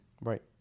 Right